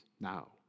now